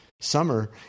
summer